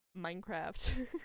Minecraft